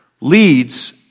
leads